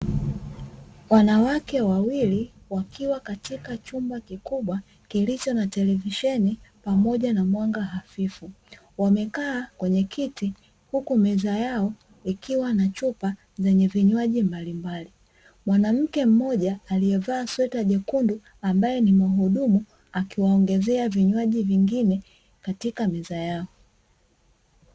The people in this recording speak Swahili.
Wanawake wawili wakiwa katika chumba kikubwa kilicho na televisheni pamoja na mwanga hafifu, wamekaa kwenye kiti huku meza yao ikiwa na chupa zenye vinywaji mbalimbali, mwanamke mmoja aliyevaa sweta jekundu ambaye ni mhudumu akiwaongezea vinywaji vingine katika meza yao.